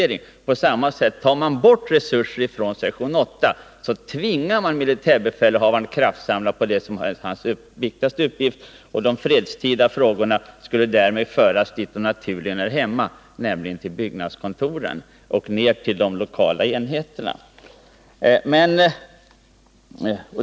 Det är på samma sätt vid ett bortförande av resurser från sektion 8: då tvingar man militärbefälhavaren att samla krafterna på den uppgift som är hans viktigaste. De fredstida frågorna skulle därmed föras dit där de naturligen hör hemma, nämligen till byggnadskontoren och de lokala enheterna.